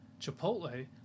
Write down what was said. Chipotle